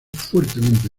fuertemente